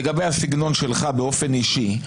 לגבי הסגנון שלך באופן אישי.